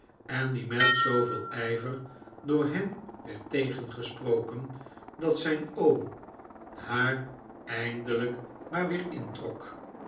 en die met zooveel ijver door hem werd tegengesproken dat zijn oom haar eindelijk maar weer introk